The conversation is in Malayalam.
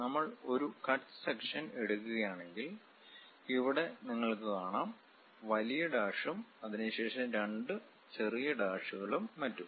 നമ്മൾ ഒരു കട്ട് സെക്ഷൻ എടുക്കുകയാണെങ്കിൽ ഇവിടെ നിങ്ങൾക്ക് കാണാം വലിയ ഡാഷും അതിനുശേഷം രണ്ട് ചെറിയ ഡാഷുകളും മറ്റും